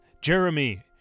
Jeremy